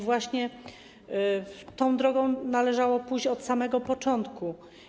Właśnie tą drogą należało pójść od samego początku.